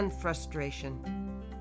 frustration